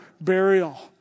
burial